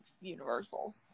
universal